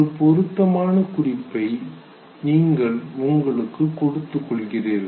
ஒரு பொருத்தமான குறிப்பை நீங்கள் உங்களுக்காக கொடுத்துக் கொள்கிறீர்கள்